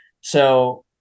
So-